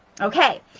Okay